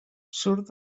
surt